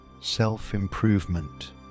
self-improvement